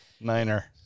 Minor